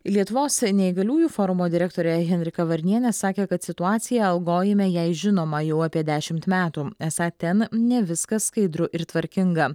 lietuvos neįgaliųjų forumo direktorė henrika varnienė sakė kad situacija algojime jai žinoma jau apie dešimt metų esą ten ne viskas skaidru ir tvarkinga